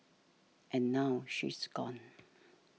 and now she is gone